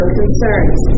concerns